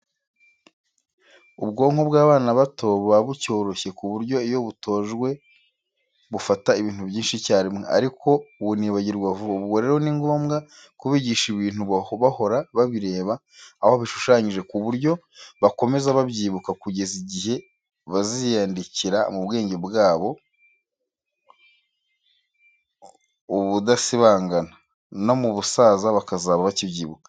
Ubwonko bw'abana bato buba bucyoroshye, ku buryo iyo butojwe bufata ibintu byinshi icyarimwe ariko bunibagirwa vuba, ubwo rero ni ngombwa kubigisha ibintu bahora babireba aho bishushanyije ku buryo bakomeza babyibuka, kugeza igihe biziyandikira mu bwenge bwabo ubudasibandana, no mu busaza bakazaba bakibyibuka.